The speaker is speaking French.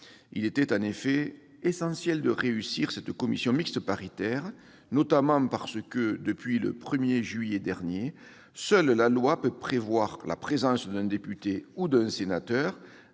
Il était d'autant plus essentiel de réussir cette commission mixte paritaire que, depuis le 1 juillet dernier, seule la loi peut prévoir la présence d'un député ou d'un sénateur